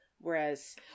Whereas